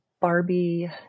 Barbie